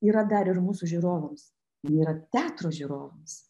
yra dar ir mūsų žiūrovams yra teatro žiūrovams